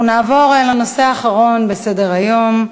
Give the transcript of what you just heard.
אנחנו נעבור לנושא האחרון בסדר-היום,